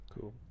Cool